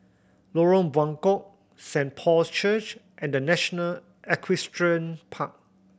Lorong Buangkok Saint Paul's Church and The National Equestrian Park